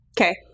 Okay